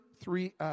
three